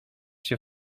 się